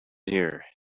here